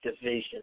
division